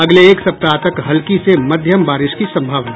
अगले एक सप्ताह तक हल्की से मध्यम बारिश की संभावना